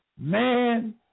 Man